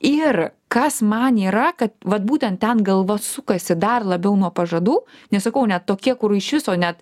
ir kas man yra kad vat būtent ten galva sukasi dar labiau nuo pažadų nes sakau net tokie kur iš viso net